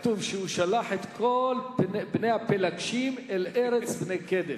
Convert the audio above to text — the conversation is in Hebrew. גם כתוב שהוא שלח את כל בני הפילגשים אל ארץ בני קדם,